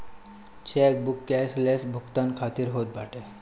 chequebook cashless भुगतान खातिर होत बाटे